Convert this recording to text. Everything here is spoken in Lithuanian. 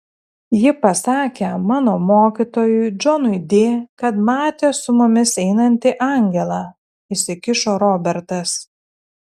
ji pasakė mano mokytojui džonui di kad matė su mumis einantį angelą įsikišo robertas